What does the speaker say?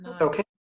Okay